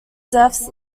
deaths